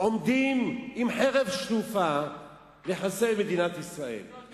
עומדים עם חרב שלופה לחסל את מדינת ישראל,